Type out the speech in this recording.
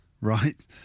right